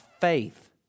faith